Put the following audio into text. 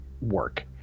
work